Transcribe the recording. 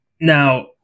Now